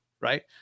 right